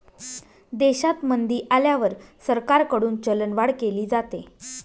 देशात मंदी आल्यावर सरकारकडून चलनवाढ केली जाते